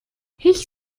ich